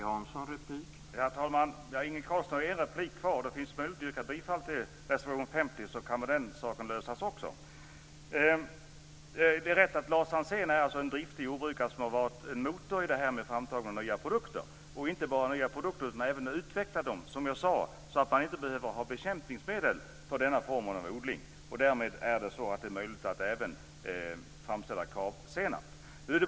Herr talman! Inge Carlsson har en replik kvar. Det finns möjlighet att yrka bifall till reservation 50, så kan den saken lösas också. Det är rätt att Lars Ansén är en driftig jordbrukare som har varit en motor i framtagandet av nya produkter. Han har även utvecklat dem så att det inte behövs bekämpningsmedel för denna form av odling. Därmed är det möjligt att framställa Kravsenap.